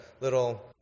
little